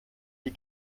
die